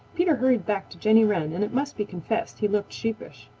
peter hurried back to jenny wren and it must be confessed he looked sheepish.